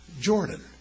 Jordan